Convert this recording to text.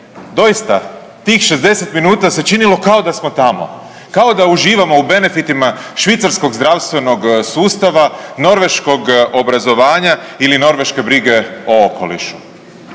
doista tih 60 minuta se činilo kao da smo tamo, kao da uživamo u benefitima švicarskog zdravstvenog sustava, norveškog obrazovanja ili norveške brige o okolišu.